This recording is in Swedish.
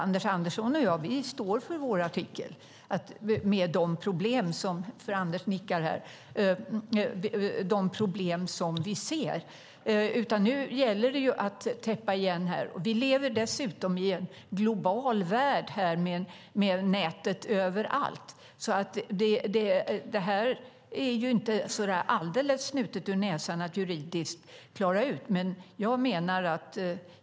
Anders Andersson och jag står för vår artikel, och jag ser att Anders nickar här, om de problem som vi ser. Nu gäller det att täppa igen här. Men vi lever i en global värld med nätet överallt, och det här är inte så där alldeles snutet ur näsan att juridiskt klara ut.